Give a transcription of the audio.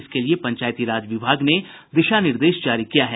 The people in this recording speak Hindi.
इसके लिए पंचायती राज विभाग ने दिशा निर्देश जारी किया है